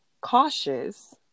cautious